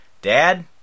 Dad